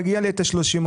מגיע לי את ה-30,